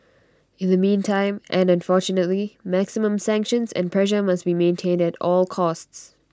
in the meantime and unfortunately maximum sanctions and pressure must be maintained at all costs